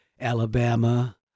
Alabama